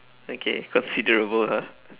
okay considerable lah